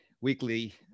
weekly